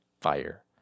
Fire